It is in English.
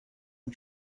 and